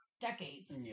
decades